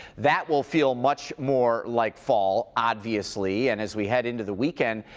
that will feel much more like fall, obviously. and as we head into the weekend,